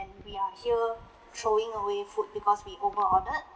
we are here throwing away food because we over ordered